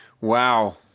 Wow